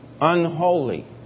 Unholy